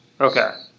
Okay